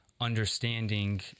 understanding